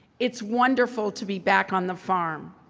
it's wonderful to be back on the farm.